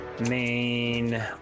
Main